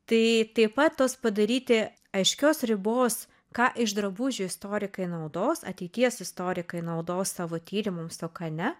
tai taip pat tos padaryti aiškios ribos ką iš drabužių istorikai naudos ateities istorikai naudos savo tyrimams o ką ne